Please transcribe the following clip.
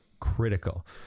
Critical